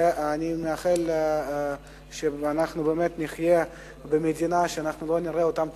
ואני מאחל לנו שבאמת נחיה במדינה שלא רואים בה את אותן תופעות,